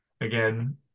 again